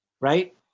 right